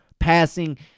passing